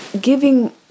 giving